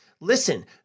Listen